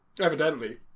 Evidently